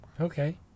Okay